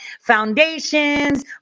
foundations